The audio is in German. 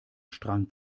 strang